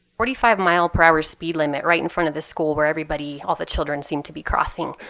forty five mile per hour speed limit right in front of the school where everybody all the children seem to be crossing.